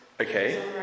Okay